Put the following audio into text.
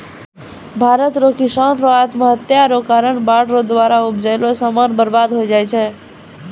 भारत रो किसानो रो आत्महत्या रो कारण बाढ़ रो द्वारा उपजैलो समान बर्बाद होय जाय छै